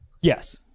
yes